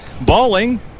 Balling